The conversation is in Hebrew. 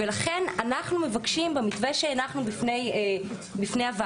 ולכן אנחנו מבקשים במתווה שהנחנו בפני הוועדה,